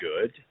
good